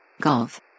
Golf